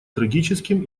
трагическим